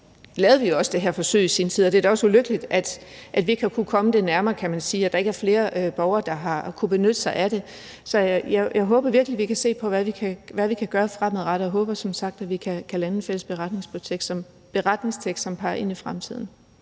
lavede vi også det her forsøg i sin tid. Det er da også ulykkeligt, at vi ikke har kunnet komme det nærmere, kan man sige, altså at der ikke er flere borgere, der har kunnet benytte sig af det. Så jeg håber virkelig, at vi kan se på, hvad vi kan gøre fremadrettet, og jeg håber som sagt, at vi kan lande en fælles beretningstekst, som peger ind i fremtiden.